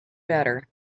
better